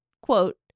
quote